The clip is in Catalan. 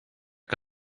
que